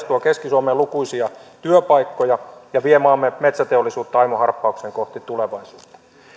tuo keski suomeen lukuisia työpaikkoja ja vie maamme metsäteollisuutta aimo harppauksen kohti tulevaisuutta